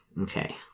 Okay